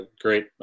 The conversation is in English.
great